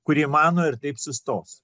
kurie mano ir taip sustos